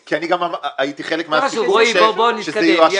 כי אני הייתי חלק מה --- שזה יאושר